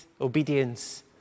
obedience